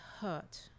hurt